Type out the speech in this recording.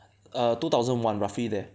err two thousand and one roughly there